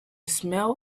smell